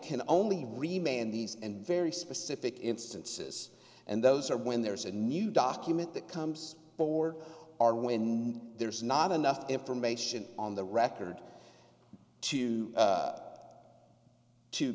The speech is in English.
can only remain in these and very specific instances and those are when there's a new document that comes board are when there is not enough information on the record to